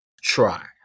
try